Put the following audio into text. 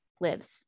lives